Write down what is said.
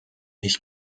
ich